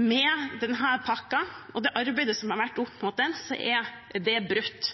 Med denne pakken og det arbeidet som vært opp mot den, er det brutt.